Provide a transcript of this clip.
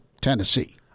Tennessee